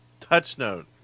TouchNote